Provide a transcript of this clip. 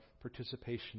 participation